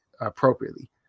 appropriately